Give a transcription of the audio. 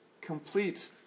complete